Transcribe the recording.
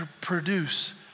produce